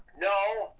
no,